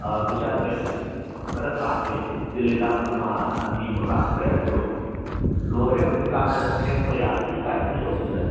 vitamin ꯈꯔ ꯀꯥꯞꯄꯤ ꯇꯤꯜ ꯍꯤꯗꯥꯛ ꯑꯃ ꯑꯅꯤ ꯑꯃ ꯀꯥꯞꯈ꯭ꯔꯦ ꯑꯗꯨ ꯂꯣꯏꯔꯦ ꯍꯧꯖꯤꯛ ꯀꯥꯞꯄ ꯈꯣꯠꯄ ꯍꯦꯛꯄ ꯌꯥꯕꯒꯤ ꯇꯥꯏꯃꯤꯡ ꯌꯧꯁꯤꯜꯂꯛꯑꯦ